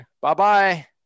Bye-bye